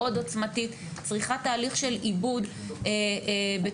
מאוד עוצמתית שצריכה תהליך של עיבוד בצורה